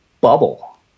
bubble